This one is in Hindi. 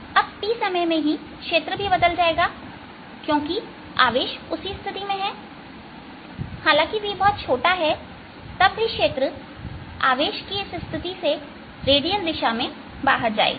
अब t समय में ही क्षेत्र भी बदल जाएगा क्योंकि आवेश उसी स्थिति में है और हालांकि v बहुत छोटा है तब भी क्षेत्र आवेश की इस स्थिति से रेडियल दिशा में जाएगा